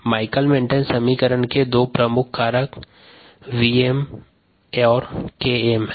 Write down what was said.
Michaelis Menten समीकरण के दो प्रमुख कारक Vm और Km हैं